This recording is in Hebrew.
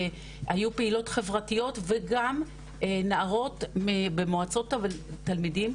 היו פעילות חברתיות וגם נערות במועצות התלמידים,